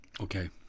okay